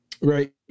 right